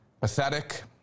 pathetic